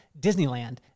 Disneyland